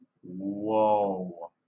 whoa